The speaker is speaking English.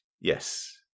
Yes